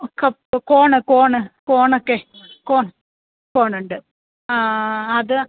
cup cone cone കോണൊക്കെ cone cone ഉണ്ട് ആ അത്